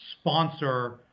sponsor